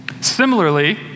Similarly